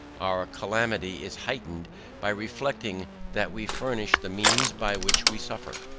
our calamity is heightened by reflecting that we furnish the means by which we suffer.